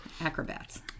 Acrobats